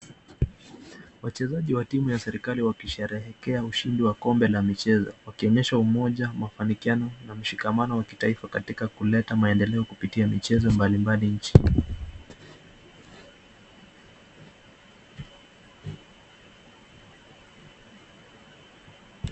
Wachezaji wa timu ya serikali wakisherehekea ushindi wa kombe la michezo. Wakionyesha umoja, mafanikiano na mshikamano wa kitaifa katika kuleta maendeleo kupitia michezo mbalimbali nchini.